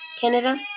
Canada